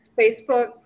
Facebook